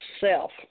self